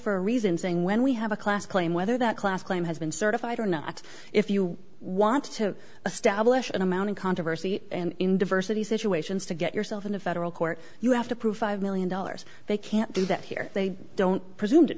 for a reason saying when we have a class claim whether that class claim has been certified or not if you want to establish an amount in controversy and in diversity situations to get yourself in a federal court you have to prove five million dollars they can't do that here they don't presume